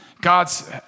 God's